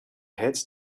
heads